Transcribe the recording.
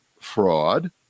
fraud